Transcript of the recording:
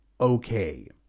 okay